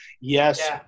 Yes